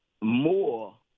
More